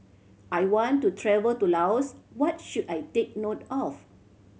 I want to travel to Laos what should I take note of